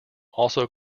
also